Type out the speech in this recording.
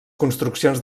construccions